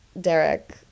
Derek